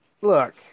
Look